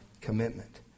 commitment